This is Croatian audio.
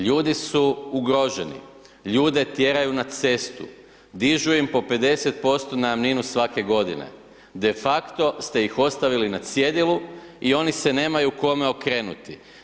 Ljudi su ugroženi, ljude tjeraju na cestu, dižu im po 50% najamninu svake godine, de facto ste ih ostavili na cjedilu i oni se nemaju kome okrenuti.